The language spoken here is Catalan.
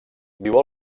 viu